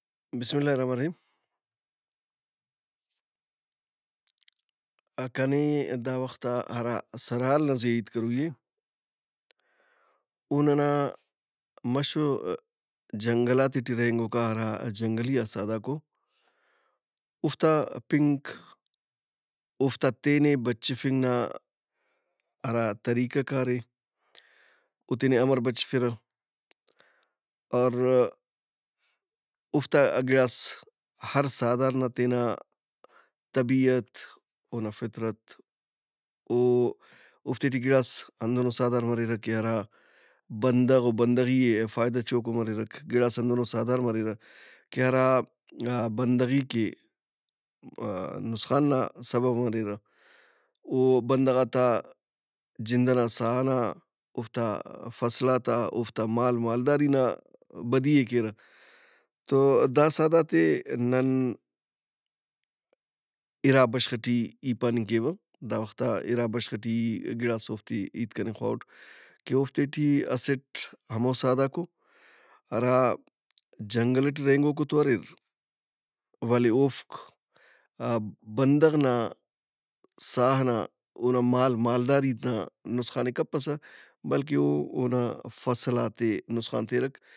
بسم اللہِ الرحمانِ رحیم۔ کنے دا وخت آ ہرا سرحال نا زی آ ہیت کروئی اے او ننا مَش و جنگلاتے ٹی رہینگوکا ہرا جنگلیئا سہدارک او، اوفتا پِنک، اوفتا تینے بچفنگ نا ہرا طریہ کار اے۔ او تینے امر بچِفِرہ؟ اور اوفتا گِڑاس ہر سہدار نا تینا طبیعت، اونا فطرت او- اوفتے ٹی گڑاس ہندنو سہدار مریرہ کہ ہرا بندغ و بندغی ئے فائدہ چوکوم اریرک۔ گِڑاس ہندنو سہدارم اریرہ کہ ہرا بندغی کہ نسخان نا سبب مریرہ۔ او بندغات آ جِند ئنا ساہ ئنا، اوفتا فصلات آ، اوفتا مال ومالداری نابدی ئے کیرہ۔ تو دا سہدارت ئے نن اِرا بشخ ئٹی ای پاننگ کیوہ دا وخت آ اِرا بشخ ئٹی گِڑاس اوفتے ہیت کننگ خواہوٹ کہ اوفتے ٹی اسٹ ہمو سہدارک او ہرا جنگل ئٹے رہینگوکو تو اریر ولے اوفک بندغ نا ساہ ئنا، اونا مال مالداریت آ نسخان ئے کپسہ بلکہ او اونا فصلات ئے نسخان تیرہ۔